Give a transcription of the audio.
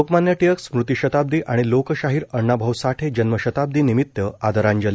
लोकमान्य टिळक स्मृती शताब्दी आणि लोकशाहिर अन्नाभाऊ साठे जन्मशताब्दी निमित्त आदरांजली